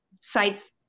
sites